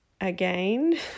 again